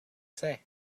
say